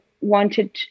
wanted